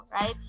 right